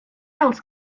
else